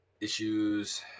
issues